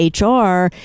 HR